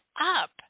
up